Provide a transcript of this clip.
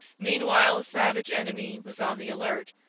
meanwhile a savage enemy was on the alert.